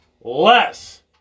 less